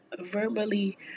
verbally